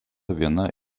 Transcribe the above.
viena